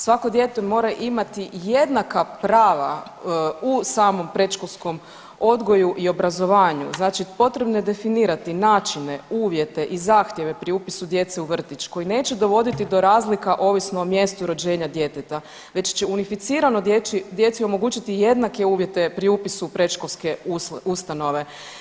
Svako dijete mora imati jednaka prava u samom predškolskom odgoju i obrazovanju, znači potrebno je definirati načine, uvjete i zahtjeve pri upisu djece u vrtić, koji neće dovoditi do razlika ovisno o mjestu rođenja djeteta, već će unificirano djeci omogućiti jednake uvjete pri upisu u predškolske ustanove.